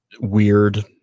weird